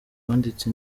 wanditse